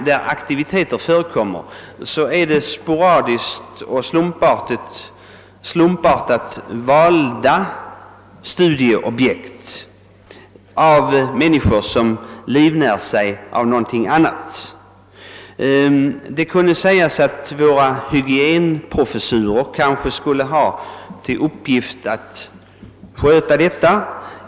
Då aktivitet förekommer på området är den sporadisk och gäller slumpartat valda studieobjekt, och den utförs av människor som livnär sig av något annat. Det kan sägas att innehavarna av hygienprofessurerna borde ha till uppgift att handha även denna forskning.